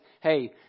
hey